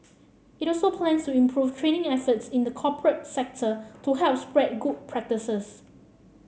it also plans to improve training efforts in the corporate sector to help spread good practices